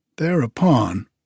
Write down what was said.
Thereupon